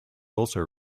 also